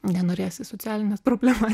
nenorės į socialines problemas